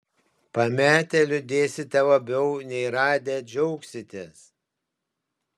pametę liūdėsite labiau nei radę džiaugsitės